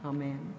Amen